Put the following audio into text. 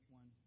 one